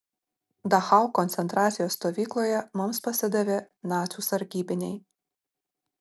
dachau koncentracijos stovykloje mums pasidavė nacių sargybiniai